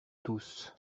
tous